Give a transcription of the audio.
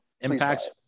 Impact's